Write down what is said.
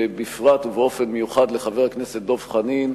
ובפרט ובאופן מיוחד לחבר הכנסת דב חנין,